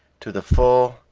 to the full,